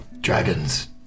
dragons